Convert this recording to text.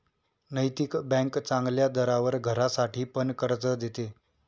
नैतिक बँक चांगल्या दरावर घरासाठी पण कर्ज देते